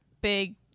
big